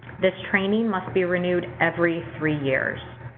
this training must be renewed every three years.